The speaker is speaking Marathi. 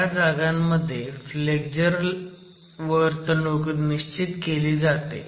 ह्या जागांमुळे फ्लेक्झर ल वर्तणूक नियंत्रित केली जाते